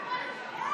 ההצעה להעביר